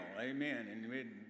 Amen